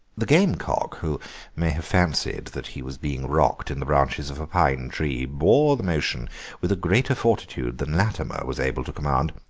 the gamecock, who may have fancied that he was being rocked in the branches of a pine-tree, bore the motion with greater fortitude than latimer was able to command.